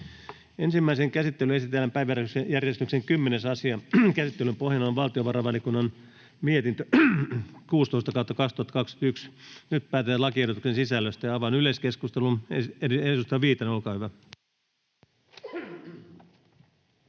Ensimmäiseen käsittelyyn esitellään päiväjärjestyksen 11. asia. Käsittelyn pohjana on lakivaliokunnan mietintö LaVM 15/2021 vp. Nyt päätetään lakiehdotusten sisällöstä. — Avaan yleiskeskustelun. Esittelypuheenvuoro,